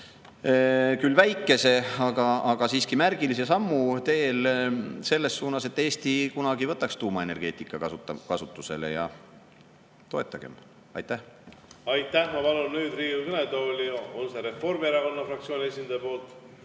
küll väikese, aga siiski märgilise sammu teel selles suunas, et Eesti kunagi võtaks tuumaenergeetika kasutusele. Toetagem. Aitäh! Aitäh! Ma palun nüüd Riigikogu kõnetooli … Kas Reformierakonna fraktsiooni